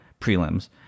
prelims